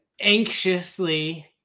anxiously